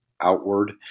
outward